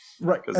Right